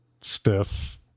stiff